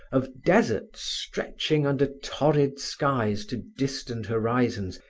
of deserts stretching under torrid skies to distant horizons,